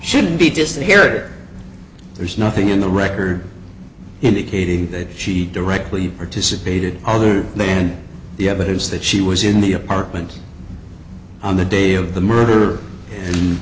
shouldn't be just here there's nothing in the record indicating that she directly participated other than the evidence that she was in the apartment on the day of the murder